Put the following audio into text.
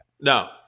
No